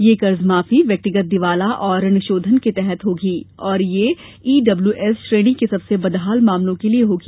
यह कर्जमाफी व्यक्तिगत दिवाला एवं ऋणशोधन के तहत होगी और यह ईब्ल्यूएस श्रेणी के सबसे बदहाल मामलों के लिए होगी